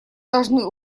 должны